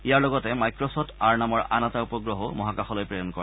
ইয়াৰ লগতে microsat R নামৰ আন এটা উপগ্ৰহও মহাকাশলৈ প্ৰেৰণ কৰিব